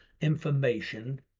information